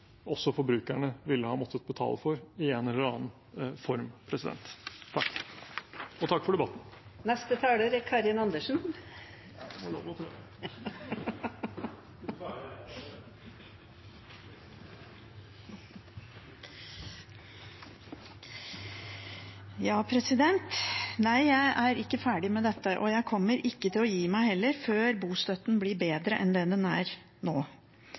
også forbrukerne ville ha måttet betale for i en eller annen form. Takk for debatten. Jeg er ikke ferdig med dette, og jeg kommer ikke til å gi meg før bostøtten blir bedre enn det den er nå. Ja, den har blitt mer målrettet. Den er så målrettet nå